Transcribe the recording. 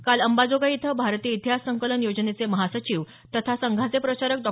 काल अंबाजोगाई इथं भारतीय इतिहास संकलन योजनेचे महासचिव तथा संघाचे प्रचारक डॉ